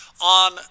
On